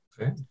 Okay